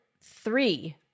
three